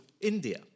India